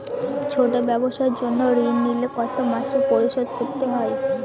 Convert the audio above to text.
ছোট ব্যবসার জন্য ঋণ নিলে কত মাসে পরিশোধ করতে হয়?